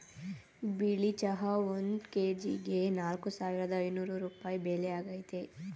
ಬಿಳಿ ಚಹಾ ಒಂದ್ ಕೆಜಿಗೆ ನಾಲ್ಕ್ ಸಾವಿರದ ಐನೂರ್ ರೂಪಾಯಿ ಬೆಲೆ ಆಗೈತೆ